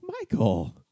Michael